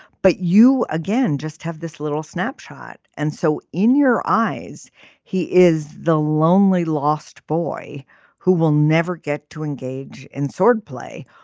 but you again just have this little snapshot. and so in your eyes he is the lonely lost boy who will never get to engage in swordplay.